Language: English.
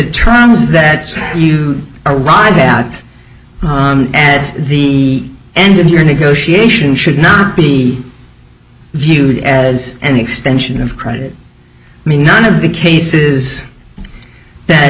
as that you arrived out at the end of your negotiation should not be viewed as an extension of credit i mean none of the cases that